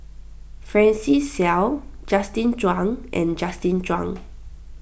Francis Seow Justin Zhuang and Justin Zhuang